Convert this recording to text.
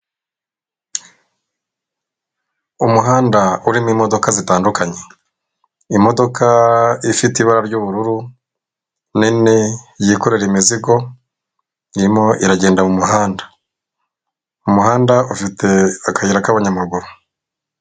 Umuhanda urimo imodoka zitandukanye, imodoka ifite ibara ry'ubururu nini yikorera imizigo irimo iragenda mu muhanda, umuhanda ufite akayira k'abanyamaguru.